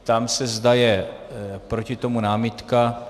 Ptám se, zda je proti tomu námitka.